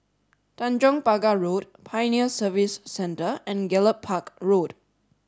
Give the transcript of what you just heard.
Tanjong Pagar Road Pioneer Service Centre and Gallop Park Road